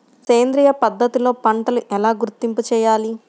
సేంద్రియ పద్ధతిలో పంటలు ఎలా గుర్తింపు చేయాలి?